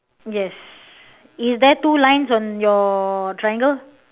yes is there two lines on your triangle